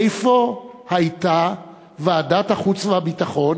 איפה הייתה ועדת החוץ והביטחון